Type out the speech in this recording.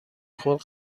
خود